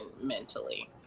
mentally